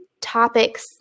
topics